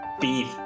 Beef